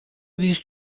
these